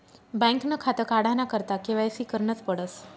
बँकनं खातं काढाना करता के.वाय.सी करनच पडस